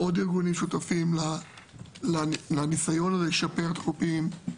עוד ארגונים שותפים לניסיון לשפר חופים,